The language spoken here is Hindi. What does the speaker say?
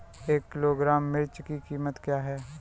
एक किलोग्राम मिर्च की कीमत क्या है?